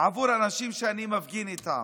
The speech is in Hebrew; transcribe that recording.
לאנשים שאני מפגין איתם: